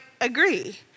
agree